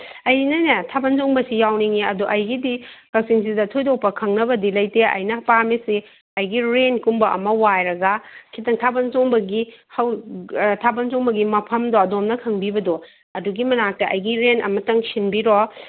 ꯑꯩꯅꯅꯦ ꯊꯥꯕꯜ ꯆꯣꯡꯕꯁꯤ ꯌꯥꯎꯅꯤꯡꯉꯤ ꯑꯗꯨ ꯑꯩꯒꯤꯗꯤ ꯀꯛꯆꯤꯡꯁꯤꯗ ꯊꯣꯏꯗꯣꯛꯄ ꯈꯪꯅꯕꯗꯤ ꯂꯩꯇꯦ ꯑꯩꯅ ꯄꯥꯝꯃꯤꯁꯤ ꯑꯩꯒꯤ ꯔꯦꯟꯠ ꯀꯨꯝꯕ ꯑꯃ ꯋꯥꯏꯔꯒ ꯈꯤꯇꯪ ꯊꯥꯕꯜ ꯆꯣꯡꯕꯒꯤ ꯍꯧ ꯊꯥꯕꯜ ꯆꯣꯡꯕꯒꯤ ꯃꯐꯝꯗꯣ ꯑꯗꯣꯝꯅ ꯈꯪꯕꯤꯕꯗꯣ ꯑꯗꯨꯒꯤ ꯃꯅꯥꯛꯇ ꯑꯩꯒꯤ ꯔꯦꯟꯠ ꯑꯃꯇꯪ ꯁꯤꯟꯕꯤꯔꯛꯑꯣ